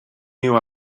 new